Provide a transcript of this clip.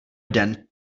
den